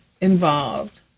involved